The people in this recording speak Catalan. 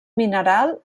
mineral